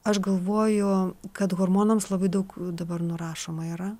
aš galvoju kad hormonams labai daug dabar nurašoma yra